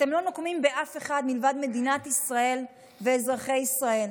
אתם לא נוקמים באף אחד מלבד במדינת ישראל ואזרחי ישראל.